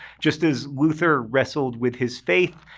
just as luther wrestled with his faith,